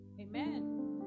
amen